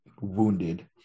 wounded